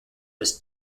was